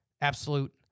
absolute